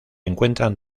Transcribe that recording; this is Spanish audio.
encuentran